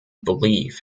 belief